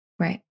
Right